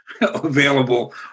available